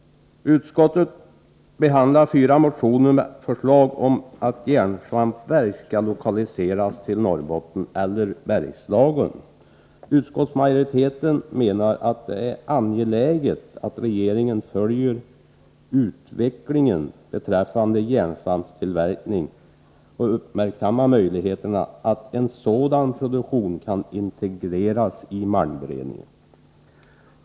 Utskottet behandlar fyra motioner med förslag om att järnsvampsverk skall lokaliseras till Norrbotten eller Bergslagen. Utskottsmajoriteten menar att det är angeläget att regeringen följer utvecklingen beträffande järnsvampstillverkning och uppmärksammar möjligheterna att en sådan produktion kan integreras i malmberedningen.